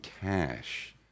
Cash